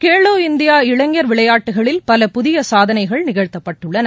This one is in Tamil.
கேலோ இந்தியா இளைஞர் விளையாட்டுகளில் பல புதிய சாதனைகள் நிகழ்த்தப்பட்டுள்ளன